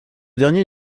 dernier